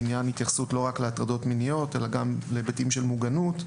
בעניין התייחסות גם להיבטים של מוגנות,